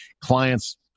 Clients